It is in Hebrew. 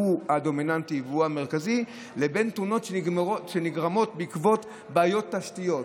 לבין תאונות שנגרמות מבעיות תשתיתיות.